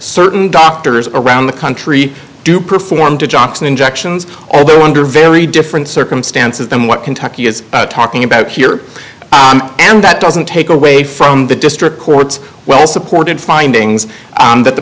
certain doctors around the country do perform to jock's injections although undervalue different circumstances than what kentucky is talking about here and that doesn't take away from the district court's well supported findings that the